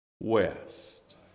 west